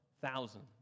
thousands